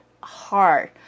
hard